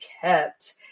kept